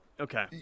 Okay